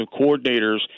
coordinators